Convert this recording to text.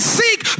seek